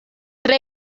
tre